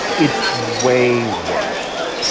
it's way worse.